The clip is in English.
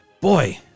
Boy